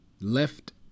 left